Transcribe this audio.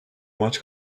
maç